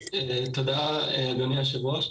תודה, אדוני היושב-ראש.